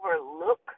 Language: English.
overlook